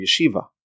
yeshiva